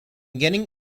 getting